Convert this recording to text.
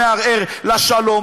מערער לשלום,